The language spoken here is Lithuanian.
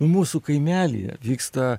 mūsų kaimelyje vyksta